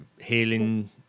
healing